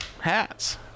hats